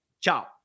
ciao